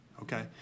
Okay